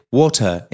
water